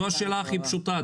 זאת השאלה הכי פשוטה.